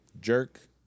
jerk